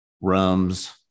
rums